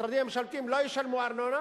המשרדים הממשלתיים לא ישלמו ארנונה